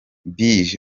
billy